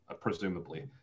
presumably